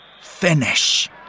Finish